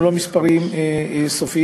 הם לא מספרים סופיים,